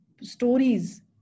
stories